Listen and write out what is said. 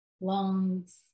lungs